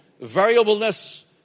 variableness